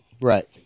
Right